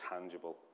tangible